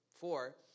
four